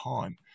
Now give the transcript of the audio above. time